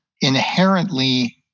inherently